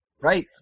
right